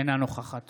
אינה נוכחת